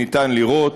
אפשר לראות